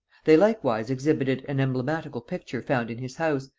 they likewise exhibited an emblematical picture found in his house,